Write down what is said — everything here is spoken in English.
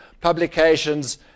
publications